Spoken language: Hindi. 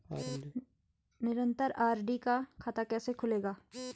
निरन्तर आर.डी का खाता कैसे खुलेगा?